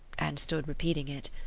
and stood repeating it.